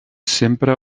sempre